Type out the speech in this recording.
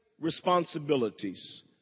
responsibilities